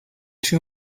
too